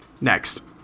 Next